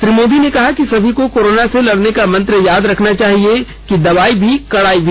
श्री मोदी ने कहा कि सभी को कोरोना से लड़ने का मंत्र याद रखना चाहिए कि दवाई भी कड़ाई भी